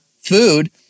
food